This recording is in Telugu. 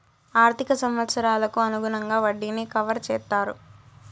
ఆర్థిక సంవత్సరాలకు అనుగుణంగా వడ్డీని కవర్ చేత్తారు